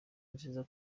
nziza